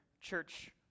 church